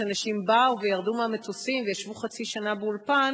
שאנשים באו וירדו מהמטוסים וישבו חצי שנה באולפן,